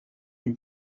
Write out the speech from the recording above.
with